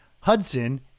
Hudson